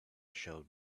showed